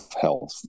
health